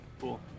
Cool